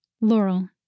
Laurel